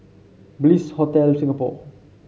Bliss Hotel Singapore